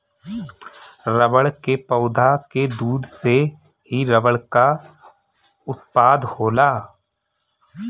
रबड़ के पौधा के दूध से ही रबड़ कअ उत्पादन होला